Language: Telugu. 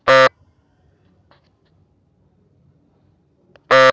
వెల్లుల్లిలో శక్తివంతమైన ఔషధ గుణాలు కలిగిన సమ్మేళనాలు ఉన్నాయి